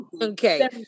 Okay